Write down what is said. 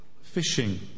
fishing